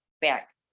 back